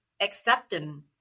accepting